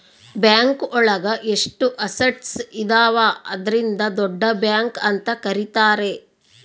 bank ಒಳಗ ಎಷ್ಟು assets ಇದಾವ ಅದ್ರಿಂದ ದೊಡ್ಡ ಬ್ಯಾಂಕ್ ಅಂತ ಕರೀತಾರೆ